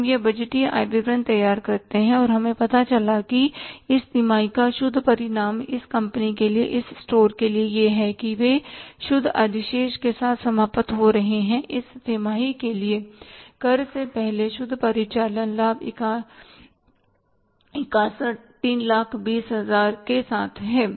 हम यह बजटीय आय विवरण तैयार करते हैं और हमें पता चला कि इस तिमाही का शुद्ध परिणाम इस कंपनी के लिए इस स्टोर के लिए यह है कि वे शुद्ध अधिशेष के साथ समाप्त हो रहे हैं इस तिमाही के लिए कर से पहले शुद्ध परिचालन लाभ 61320000 के साथ है